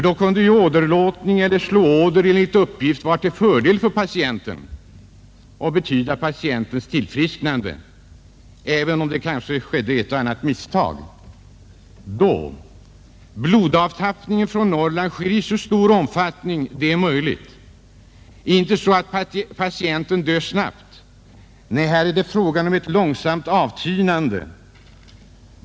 Då kunde ju åderlåtning enligt uppgift vara till fördel för patienten och betyda hans tillfrisknande, även om ett och annat misstag kunde begås. Blodavtappningen från Norrland sker i så stor omfattning som det är möjligt — inte så att patienten dör snabbt, nej här är det fråga om ett långsamt avtynande.